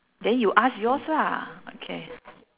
then you ask yours lah okay